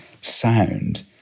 sound